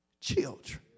children